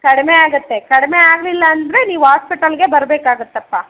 ಕಡಿಮೆಯಾಗತ್ತೆ ಕಡಿಮೆಯಾಗ್ಲಿಲ್ಲ ಅಂದರೆ ನೀವು ಆಸ್ಪೆಟಲ್ಗೆ ಬರಬೇಕಾಗತ್ತಪ್ಪ